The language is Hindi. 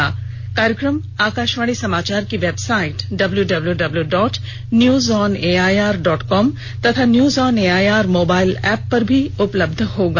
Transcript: यह कार्यक्रम आकाशवाणी समाचार की website W W W news on AIR dot com तथा न्यूजऑन एआईआर मोबाइल एप पर भी उपलब्ध होगा